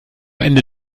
ende